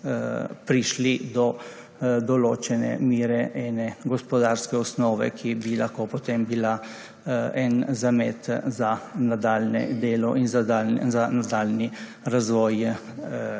prišli do določene mere ene gospodarske osnove, ki bi lahko potem bila zamet za nadaljnje delo in za nadaljnji razvoj